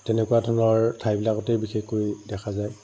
তেনেকুৱা ধৰণৰ ঠাইবিলাকতেই বিশেষকৈ দেখা যায়